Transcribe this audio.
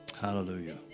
Hallelujah